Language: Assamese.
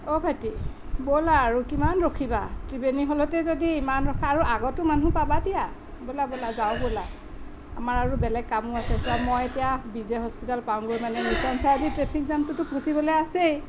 অঁ ভাইটি ব'লা আৰু কিমান ৰখিবা ত্ৰিবেণী হলতেই যদি ইমান ৰখা আৰু আগতো মানুহ পাবা দিয়া ব'লা ব'লা যাওঁ ব'লা আমাৰ আৰু বেলেগ কামো আছে যে মই এতিয়া বি জে হস্পিতেল পাওঁগৈ মানে মিছন চাৰিআলিৰ ট্ৰেফিক জামটোত ত' ফচিবলৈ আছেই